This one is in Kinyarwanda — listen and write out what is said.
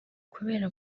kubera